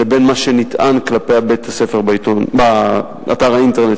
לבין מה שנטען כלפי בית-הספר באתר האינטרנט,